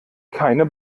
keine